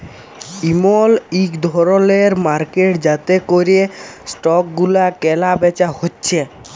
ইমল ইক ধরলের মার্কেট যাতে ক্যরে স্টক গুলা ক্যালা বেচা হচ্যে